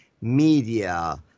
media